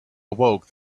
awoke